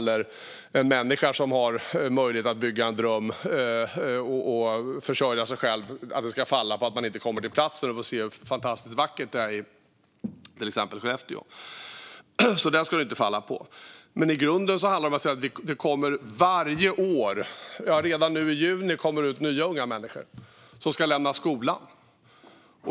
När en människa har möjlighet att bygga en dröm och försörja sig själv ska det nämligen inte falla på att man inte kommer till platsen och får se hur fantastiskt vackert det är i till exempel Skellefteå. Det ska inte falla på det. I grunden handlar det om att det varje år - och redan nu i juni - kommer ut nya unga människor som ska lämna skolan.